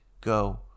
go